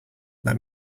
let